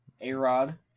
A-Rod